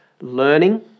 learning